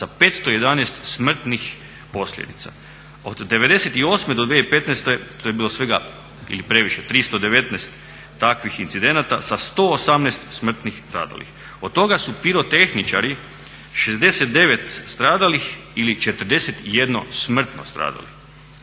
sa 511 smrtnih posljedica. Od '98. do 2015. to je bilo svega, ili previše, 319 takvih incidenata sa 118 smrtno stradalih. Od toga su pirotehničari 69 stradalih ili 41 smrtno stradali.